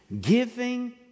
Giving